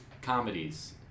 comedies